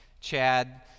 Chad